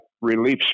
relief